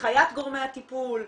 גם בתחום של הנחיית גורמי הטיפול,